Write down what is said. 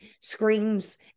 screams